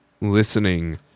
Listening